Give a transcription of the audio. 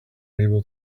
able